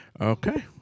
Okay